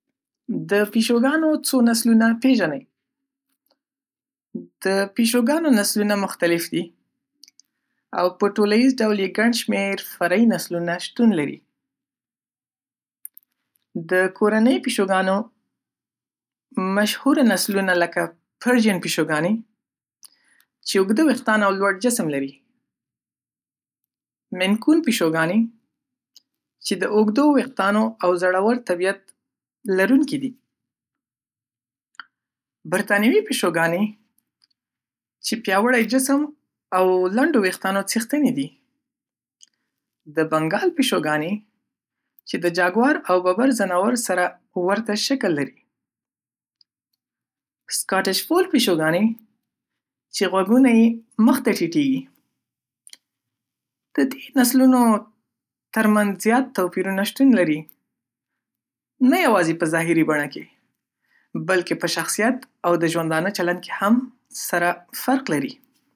د پیشوګانو څو نسلونه پیژنئ؟ د پیشوګانو نسلونه مختلف دي او په ټولیز ډول یې ګڼ شمېر فرعي نسلونه شتون لري. د کورني پیشوګانو ځینې مشهوره نسلونه لکه پرسیان پیشوګانې چې اوږده وېښتان او لوړ جسم لري، مین کوون پیشوګانې چې د اوږدو وېښتانو او زړه ور طبیعت لرونکي دي، برتانوي پیشوګانې چې پیاوړي جسم او لنډو وېښتانوڅیځتنی دې، د بنګال پیشوګانې چې د جاګوار او ببر د ځناور سره ورته شکل لري، سکاتیش فولډ پیشوګانې چې غوږونه یې مخته ټیټېږي. د دې نسلونو ترمنځ زیات توپیرونه شتون لري، نه یوازې په ظاهري بڼه کې، بلکې په شخصیت او د ژوندانه چلند کې هم سره فرق لری